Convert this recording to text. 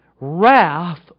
wrath